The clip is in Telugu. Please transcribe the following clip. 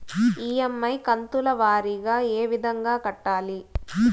ఇ.ఎమ్.ఐ కంతుల వారీగా ఏ విధంగా కట్టాలి